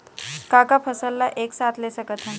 का का फसल ला एक साथ ले सकत हन?